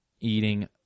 eating